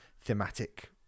thematic